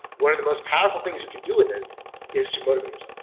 one of the most powerful things you can do with it is to motivate